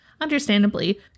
Understandably